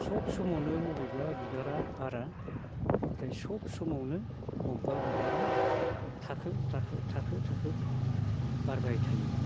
सब समावनो बबेबा बिबारा बारा नाथाय सब समावनो बबेबा बिबारा थाखो थाखो थाखो थाखो बारबाय थायो